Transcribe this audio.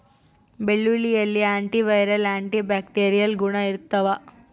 ಬೆಳ್ಳುಳ್ಳಿಯಲ್ಲಿ anti viral anti bacterial ಗುಣ ಇರ್ತಾವ